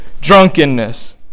Drunkenness